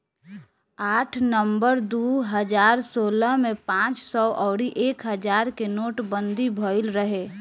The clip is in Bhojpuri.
आठ नवंबर दू हजार सोलह में पांच सौ अउरी एक हजार के नोटबंदी भईल रहे